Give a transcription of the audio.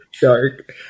dark